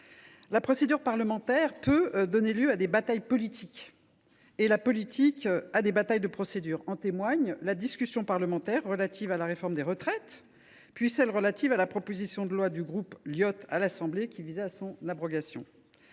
la procédure parlementaire peut donner lieu à des batailles politiques, et la politique à des batailles de procédure. En témoignent la discussion parlementaire relative à la réforme des retraites, puis celle sur la proposition de loi du groupe Liot, à l’Assemblée nationale, qui visait à son abrogation.